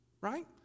right